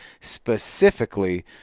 specifically